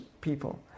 people